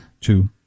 Two